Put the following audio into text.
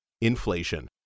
Inflation